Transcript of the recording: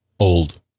Old